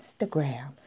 Instagram